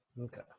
Okay